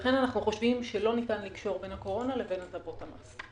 לכן אנחנו חושבים שלא ניתן לקשור בין הקורונה לבין הטבות המס.